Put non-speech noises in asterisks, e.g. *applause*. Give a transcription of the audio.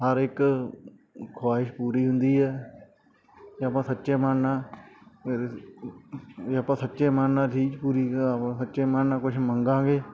ਹਰ ਇੱਕ ਖਵਾਇਸ਼ ਪੂਰੀ ਹੁੰਦੀ ਹੈ ਜੇ ਆਪਾਂ ਸੱਚੇ ਮਨ ਨਾਲ ਫਿਰ ਜੇ ਆਪਾਂ ਸੱਚੇ ਮਨ ਨਾਲ ਰੀਝ ਪੂਰੀ *unintelligible* ਸੱਚੇ ਮਨ ਨਾਲ ਕੁਛ ਮੰਗਾਂਗੇ